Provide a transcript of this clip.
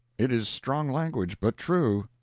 it is strong language, but true.